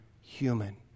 human